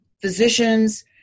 physicians